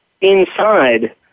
inside